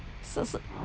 so so